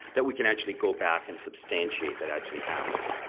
that we can actually go back and substantiate that actually happened,